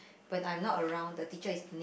when I'm not around the teacher is